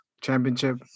championship